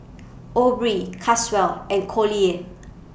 Aubree Caswell and Collier